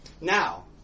Now